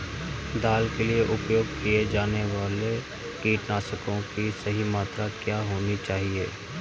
दाल के लिए उपयोग किए जाने वाले कीटनाशकों की सही मात्रा क्या होनी चाहिए?